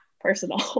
personal